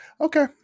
Okay